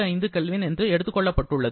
15 K என்று எடுத்துக் கொள்ளப்பட்டுள்ளது